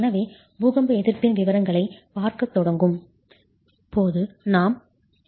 எனவே பூகம்ப எதிர்ப்பின் விவரங்களைப் பார்க்கத் தொடங்கும் போது நாம் அதற்கு வருவோம்